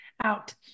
out